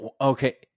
Okay